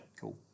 cool